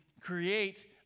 create